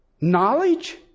knowledge